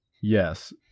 Yes